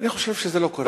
אני חושב שזה לא קורה.